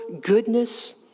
goodness